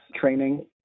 training